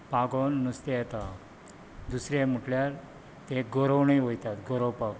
पागून नुस्तें येता दुसरें म्हुटल्यार ते गरोवणेक वयतात गरोवपाक